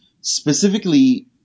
specifically